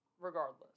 Regardless